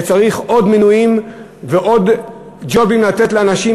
וצריך עוד מינויים ועוד ג'ובים לתת לאנשים,